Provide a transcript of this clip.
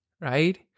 right